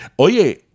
Oye